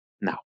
Now